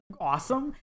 awesome